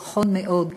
ולאחיות, נכון מאוד.